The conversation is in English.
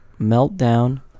Meltdown